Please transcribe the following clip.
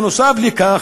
נוסף על כך,